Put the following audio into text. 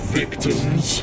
victims